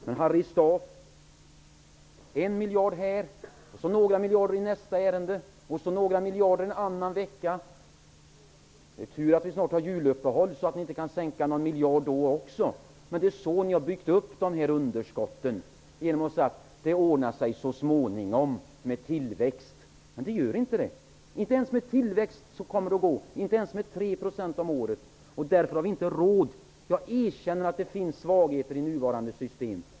Men, Harry Staaf, en miljard här, några miljarder där, några miljarder en annan vecka. Det är tur att vi snart har juluppehåll så att ni inte kan lova sänkningar med någon miljard. Men det är så ni har byggt upp de här underskotten, genom att säga att det ordnar sig så småningom, med tillväxt. Men det gör inte det. Inte ens med tillväxt kommer det att gå, inte ens med 3 % tillväxt om året. Därför har vi inte råd. Jag är så pass ärlig att jag erkänner att det finns svagheter i nuvarande system.